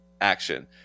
action